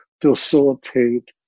facilitate